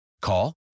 Call